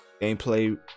gameplay